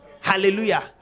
hallelujah